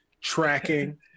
tracking